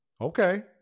Okay